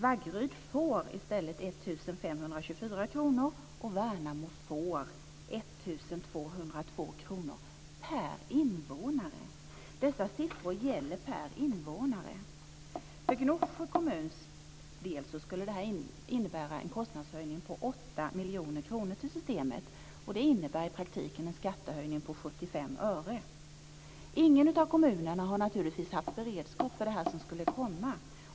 Vaggeryd får i stället För Gnosjö kommuns del skulle detta innebära en kostnadshöjning på 8 miljoner kronor till systemet. Det innebär i praktiken en skattehöjning med 75 öre. Ingen av kommunerna har naturligtvis haft beredskap för det som skulle komma.